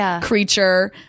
creature